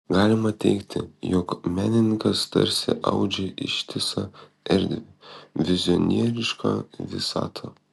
galima teigti jog menininkas tarsi audžia ištisą erdvę vizionierišką visatą